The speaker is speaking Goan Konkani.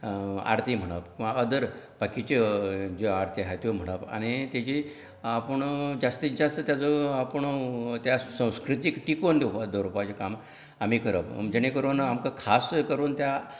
आरती म्हणप किंवां अदर बाकिचे ज्यो आरती आसा त्यो म्हणप आनी तेची आपूण जास्तीत जास्त तेचो आपूण त्या संस्कृतीक टिकून दवरपाचें काम आमी करप जेणे करून आमकां खास करून त्या